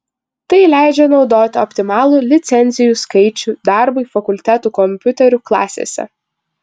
tai leidžia naudoti optimalų licencijų skaičių darbui fakultetų kompiuterių klasėse